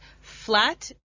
flat